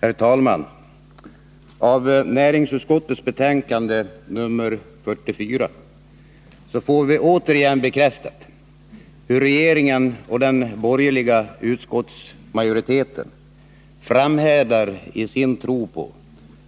Herr talman! Av näringsutskottets betänkande nr 44 får vi återigen bekräftat hur regeringen och den borgerliga utskottsmajoriteten framhärdar i sin tro på